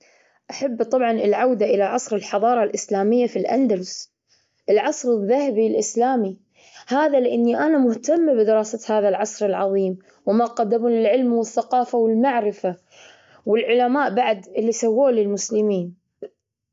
أحب طبعا العودة إلى عصر الحضارة الإسلامية في الأندلس، العصر الذهبي الإسلامي، هذا لإني أنا مهتمة بدراسة هذا العصر العظيم وما قدموه للعلم والثقافة والمعرفة، والعلماء بعد بما سوه للمسلمين.